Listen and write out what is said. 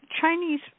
Chinese